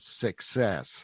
success